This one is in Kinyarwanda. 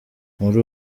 muri